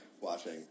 watching